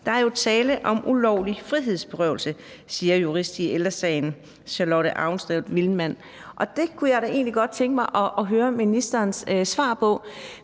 Der er jo tale om ulovlig frihedsberøvelse, siger jurist i Ældre Sagen, Charlotte Avnsted-Vilman. Det kunne jeg da egentlig godt tænke mig at høre ministerens svar på.